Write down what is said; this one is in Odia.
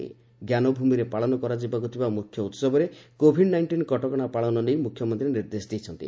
ଞ୍ଜାନଭୂମିରେ ପାଳନ କରାଯିବାକୁ ଥିବା ମୁଖ୍ୟଉହବରେ କୋଭିଡ୍ ନାଇଷ୍ଟିନ୍ କଟକଣା ପାଳନ ନେଇ ମୁଖ୍ୟମନ୍ତ୍ରୀ ନିର୍ଦ୍ଦେଶ ଦେଇଛନ୍ତି